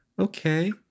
Okay